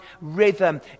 rhythm